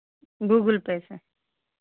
Google Pay sir